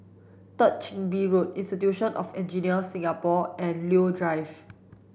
Third Chin Bee Road Institute of Engineers Singapore and Leo Drive